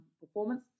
performance